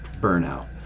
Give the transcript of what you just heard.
burnout